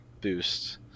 boost